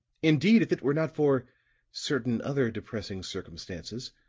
indeed, if it were not for certain other depressing circumstances,